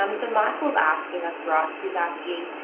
um so, michael's asking us, ross, he's asking,